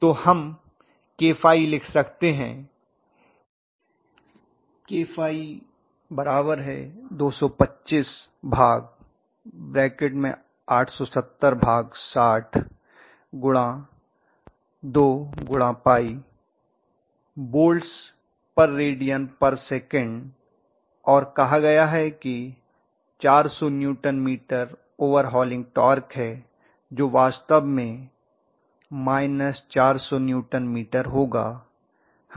तो हम kϕ लिख सकते हैं kφ2252πवोल्टस पर रेडियन पर सेकंड और कहा गया है कि 400 न्यूटन मीटर ओवरहालिंग टार्क है जो वास्तव में 400 न्यूटन मीटर होगा